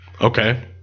Okay